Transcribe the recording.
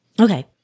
Okay